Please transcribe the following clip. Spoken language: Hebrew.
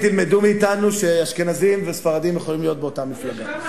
תלמדו מאתנו שאשכנזים וספרדים יכולים להיות באותה מפלגה.